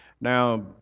Now